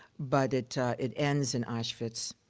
but it it ends in auschwitz.